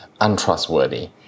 untrustworthy